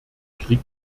krieg